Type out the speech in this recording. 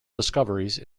discoveries